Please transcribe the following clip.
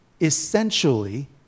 essentially